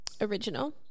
original